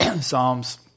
Psalms